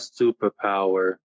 superpower